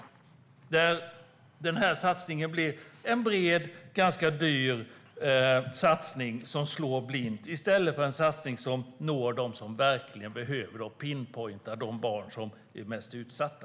Den här satsningen blir en bred och ganska dyr satsning som slår blint, i stället för en satsning på dem som verkligen behöver det och en satsning som pinpointar de barn som är mest utsatta.